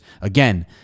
Again